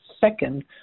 second